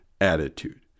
attitude